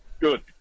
Good